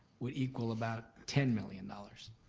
would equal about ten million dollars.